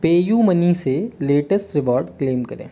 पे you Money से latest reward claim करें